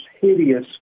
hideous